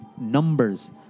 numbers